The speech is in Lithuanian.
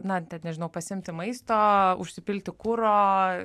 na nežinau pasiimti maisto užsipilti kuro